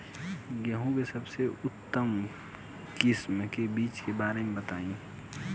गेहूँ के सबसे उन्नत किस्म के बिज के बारे में बताई?